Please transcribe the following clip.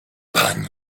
pani